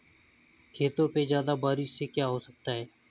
खेतों पे ज्यादा बारिश से क्या हो सकता है?